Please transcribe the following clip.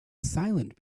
silent